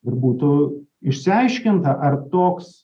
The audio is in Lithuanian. ir būtų išsiaiškinta ar toks